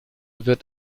wird